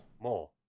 More